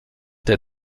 der